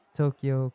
Tokyo